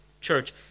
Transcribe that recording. church